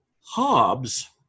Hobbes